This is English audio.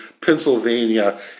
Pennsylvania